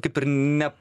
kaip ir ne